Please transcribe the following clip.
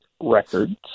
records